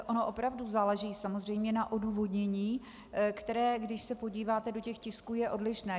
Ono opravdu záleží samozřejmě na odůvodnění, které, když se podíváte do těch tisků, je odlišné.